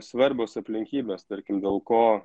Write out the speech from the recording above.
svarbios aplinkybės tarkim dėl ko